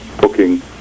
booking